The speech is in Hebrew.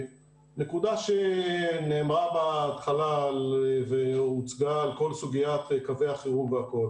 נקודה שהוצגה בהתחלה לגבי סוגיית קווי החירום.